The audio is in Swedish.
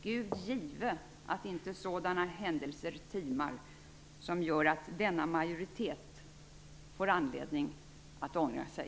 Gud give att inte sådana händelser timar som gör att denna majoritet får anledning att ångra sig!